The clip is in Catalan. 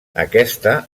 aquesta